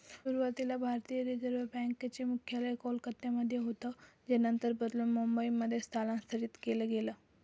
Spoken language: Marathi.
सुरुवातीला भारतीय रिझर्व बँक चे मुख्यालय कोलकत्यामध्ये होतं जे नंतर बदलून मुंबईमध्ये स्थलांतरीत केलं गेलं